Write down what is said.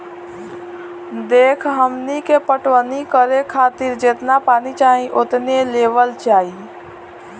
देखऽ हमनी के पटवनी करे खातिर जेतना पानी चाही ओतने लेवल जाई